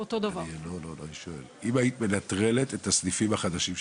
לא לא, אני שואל אם היית מנטרלת את הסניפים החדשים שנפתחו.